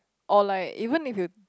or like even if you